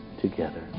together